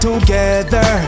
Together